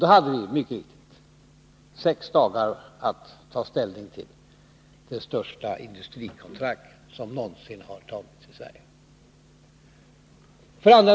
Vi hade mycket riktigt sex dagar på oss att ta ställning till det största industrikontrakt som någonsin tecknats i Sverige.